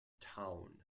town